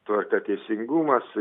tvarka teisingumas